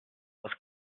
was